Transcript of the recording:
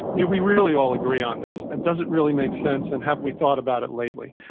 do we really all agree on this? and does it really make sense and have we thought about it lately?